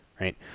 right